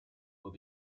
will